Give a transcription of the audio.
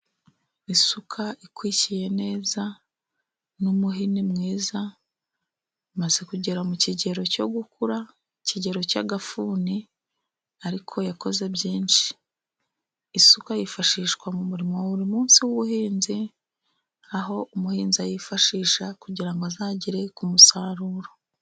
Isuka ikwikiye neza n'umuhini mwiza, imaze kugera mu kigero cyo gukura, ikigero cy'agafuni ariko yakoze byinshi. Isuka yifashishwa mu murimo wa buri munsi w'ubuhinzi, aho umuhinzi ayifashisha kugira ngo azagere ku musaruro.